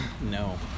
No